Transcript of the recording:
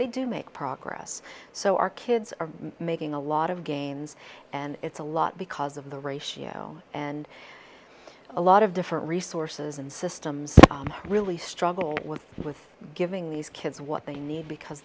they do make progress so our kids are making a lot of gains and it's a lot because of the ratio and a lot of different resources and systems really struggle with giving these kids what they need because